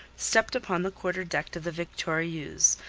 stepped upon the quarter-deck of the victoriense,